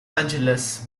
angeles